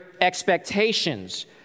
expectations